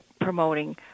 promoting